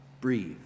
Breathe